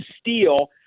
steal